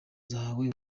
zahawe